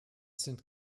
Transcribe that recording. sind